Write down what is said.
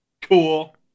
Cool